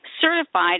certified